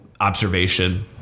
observation